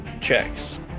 checks